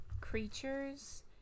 creatures